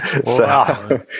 Wow